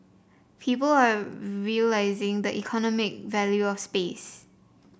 people are realizing the economic value of space